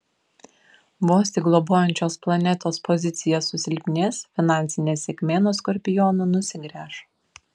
vos tik globojančios planetos pozicija susilpnės finansinė sėkmė nuo skorpionų nusigręš